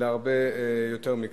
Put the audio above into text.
הרבה יותר מכך.